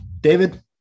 David